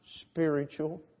spiritual